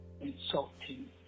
insulting